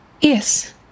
Yes